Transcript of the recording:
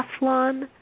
Teflon